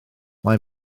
mae